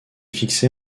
fixée